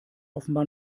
offenbar